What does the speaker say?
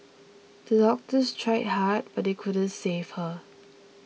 the doctors tried hard but they couldn't save her